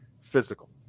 physical